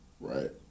right